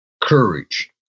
courage